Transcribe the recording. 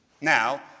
Now